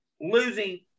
losing